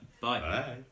Bye